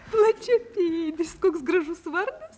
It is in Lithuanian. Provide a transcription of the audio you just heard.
plačiapėdis koks gražus vardas